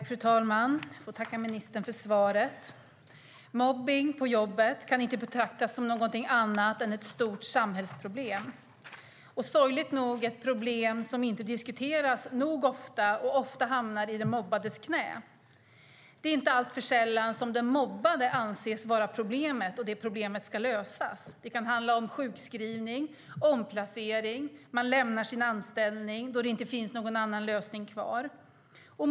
Fru talman! Jag tackar ministern för svaret. Mobbning på jobbet kan inte betraktas som något annat än ett stort samhällsproblem. Det är sorgligt nog ett problem som inte diskuteras nog ofta och ofta hamnar i den mobbades knä. Det är inte alltför sällan den mobbade anses vara problemet och man menar att det problemet ska lösas. Det kan handla om sjukskrivning, omplacering, att man lämnar sin anställning då det inte finns någon annan lösning kvar.